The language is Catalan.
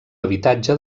habitatge